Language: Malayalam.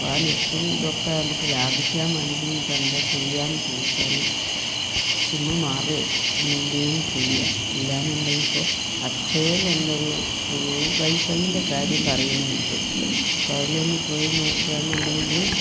അപ്പം ആ നെറ്റും ഇതൊക്കെ നമുക്ക് ലാഭിക്കാൻ വേണ്ടിയിട്ട് ഇനി ഇപ്പം എന്താ ചെയ്യുക എന്ന് ചോദിച്ചാൽ സിമ്മ് മാറി അങ്ങനെ എന്തെങ്കിലും ചെയ്യുക ഇല്ലാ എന്നുണ്ടെങ്കി ഇപ്പോൾ അക്ഷയയിൽ എന്തോ ഒരു ഫ്രീ വൈഫൈൻ്റെ കാര്യം പറയുന്നത് കേട്ടു അപ്പം അതിലൊന്ന് പോയി നോക്കുകയാണെന്നുണ്ടെങ്കിൽ